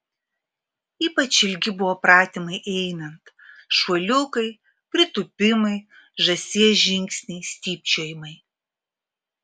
ypač ilgi buvo pratimai einant šuoliukai pritūpimai žąsies žingsniai stypčiojimai